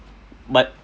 but